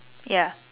ya